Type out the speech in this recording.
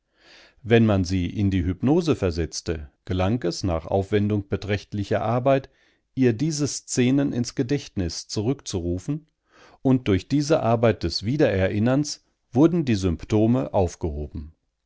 wenn man sie in die hypnose versetzte gelang es nach aufwendung beträchtlicher arbeit ihr diese szenen ins gedächtnis zurückzurufen und durch diese arbeit des wiedererinnerns wurden die symptome aufgehoben